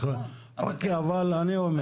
אוקיי, אבל אני אומר